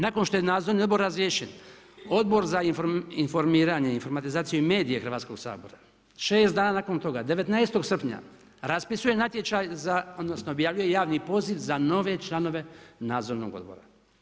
Nakon što je nadzorni odbor razriješen, Odbor za informiranje, informatizaciju i medije Hrvatskog sabora, 6 dana nakon toga, 19. srpnja, raspisuje natječaj, odnosno, objavljuje javni poziv, za nove članove nadzornog odbora.